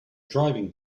driving